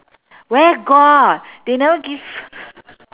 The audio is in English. where got they never give